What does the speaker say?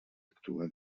actua